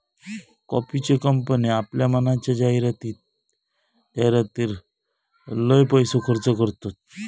कॉफीचे कंपने आपल्या मालाच्या जाहीरातीर लय पैसो खर्च करतत